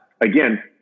again